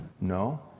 No